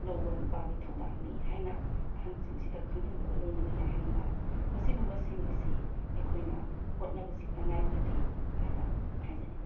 ꯂꯧꯕ ꯅꯨꯄꯥꯒꯤ ꯊꯧꯗꯥꯡꯅꯤ ꯍꯥꯏꯅ ꯑꯍꯟꯁꯤꯡꯁꯤꯗ ꯈꯪꯍꯟꯕꯒ ꯂꯣꯏꯅꯅ ꯌꯥꯍꯟꯕ ꯑꯁꯤꯒꯨꯝꯕꯁꯤꯡ ꯑꯁꯤ ꯑꯩꯈꯣꯏꯅ ꯍꯣꯠꯅꯕꯁꯤ ꯇꯉꯥꯏ ꯐꯗꯦ ꯍꯥꯏꯅ ꯍꯥꯏꯖꯅꯤꯡꯉꯤ